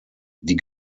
die